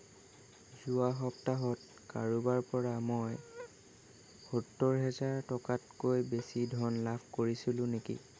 যোৱা সপ্তাহত কাৰোবাৰ পৰা মই সত্তৰ হাজাৰ টকাতকৈ বেছি ধন লাভ কৰিছিলোঁ নেকি